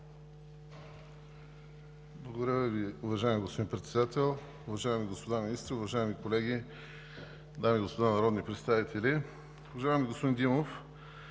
(ДПС): Уважаеми господин Председател, уважаеми господа министри, уважаеми колеги, дами и господа народни представители! Уважаеми господин